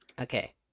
Okay